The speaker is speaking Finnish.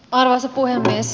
arvoisa puhemies